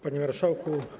Panie Marszałku!